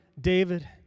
David